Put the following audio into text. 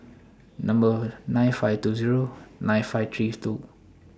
Number nine five two Zero nine five three two